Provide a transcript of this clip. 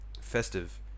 festive